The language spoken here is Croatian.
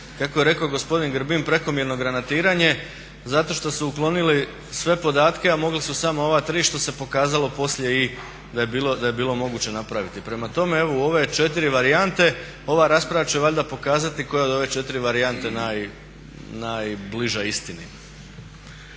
kako je rekao gospodin Grbin prekomjerno granatiranje zato što su uklonili sve podatke, a mogli su samo ova tri što se pokazalo poslije i da je bilo moguće napraviti. Prema tome, evo u ove 4 varijante ova rasprava će valjda pokazati koja od ove 4 varijante je najbliža istini.